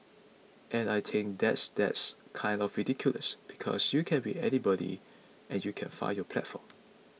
and I think that's that's kind of ridiculous because you can be anybody and you can find your platform